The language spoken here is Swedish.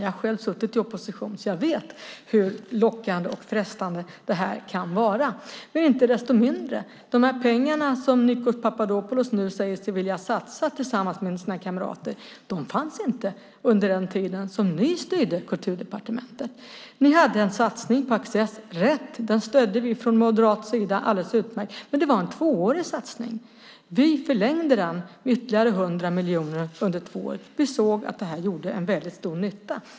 Jag har själv suttit i opposition, och jag vet hur lockande och frestande det är. Inte desto mindre fanns inte de pengar som Nikos Papadopoulos nu säger sig vilja satsa tillsammans med sina kamrater under den tid ni styrde Kulturdepartementet. Ni gjorde en satsning på Access. Det var riktigt, och vi stödde den från moderat sida. Det var alldeles utmärkt, men det var en tvåårig satsning. Vi förlängde satsningen med ytterligare 100 miljoner under två år. Vi såg att den gjorde stor nytta.